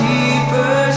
Deeper